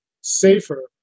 safer